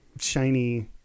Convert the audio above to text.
shiny